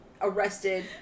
Arrested